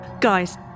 Guys